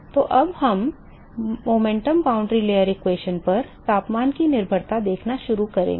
तो अब हम गति सीमा परत समीकरणों पर तापमान की निर्भरता देखना शुरू करेंगे